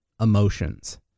emotions